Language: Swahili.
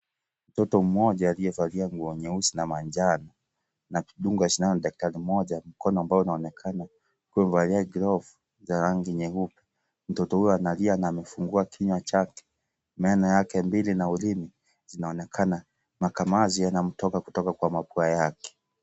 Mtoto mmoja aliyevalia nguo nyeusi na manjano na kudungwa sindano na daktari mmoja. Mkono ambao unaonekana kuwa umevalia glove za rangi nyeupe. Mtoto huyo analia na amefungua kinywa chake, meno yake mbili na ulimi zinaonekana, makamasi yanamtoka kutoka kwa mapua yake.